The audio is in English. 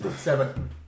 Seven